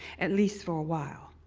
at least for a while,